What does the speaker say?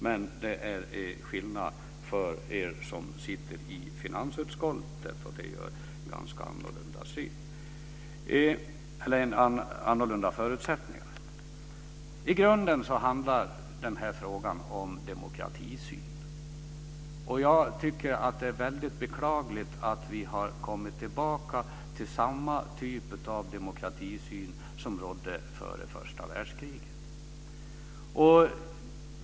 Men det är skillnad för er som sitter i finansutskottet. Det gör att ni har ganska annorlunda förutsättningar. I grunden handlar den här frågan om demokratisyn. Jag tycker att det är väldigt beklagligt att vi har kommit tillbaka till samma typ av demokratisyn som rådde före första världskriget.